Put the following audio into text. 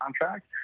contract